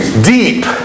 deep